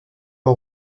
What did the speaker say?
loi